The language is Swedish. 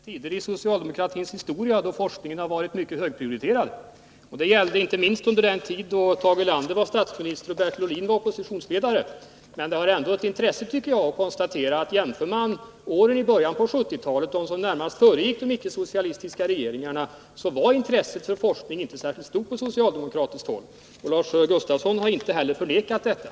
Herr talman! Lars Gustafsson slutar med en vänlighet, och jag skall börja med en. Jag skall gärna erkänna att det funnits tider i socialdemokratins historia då forskningen har varit mycket högt prioriterad. Det gällde inte minst under den tid då Tage Erlander var statsminister och Bertil Ohlin var oppositionsledare. Men det är ändå av intresse att konstatera, att om man jämför med åren i början av 1970-talet som närmast föregick de icke socialistiska regeringarna finner man att intresset för forskning inte var särskilt stort på socialdemokratiskt håll. Lars Gustafsson har inte heller förnekat detta.